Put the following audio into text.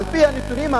על-פי הנתונים,